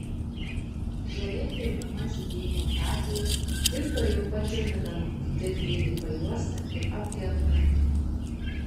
žolė pjaunama žydėjimo pradžioje ir tuojau pat džiovinama kitaip greitai pajuosta ir apgenda